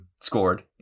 scored